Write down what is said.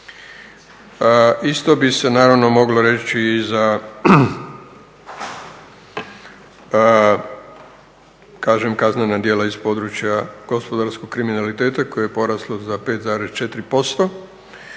Isto bi se naravno moglo reći i za kaznena djela iz područja gospodarskog kriminaliteta koje je poraslo za 5,4%